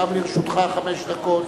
גם לרשותך חמש דקות.